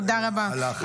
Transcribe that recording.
תודה רבה.